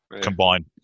combine